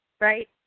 right